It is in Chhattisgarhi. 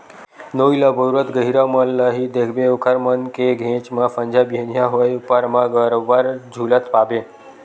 नोई ल बउरत गहिरा मन ल ही देखबे ओखर मन के घेंच म संझा बिहनियां होय ऊपर म बरोबर झुलत पाबे